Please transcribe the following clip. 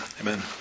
Amen